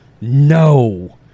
No